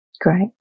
Great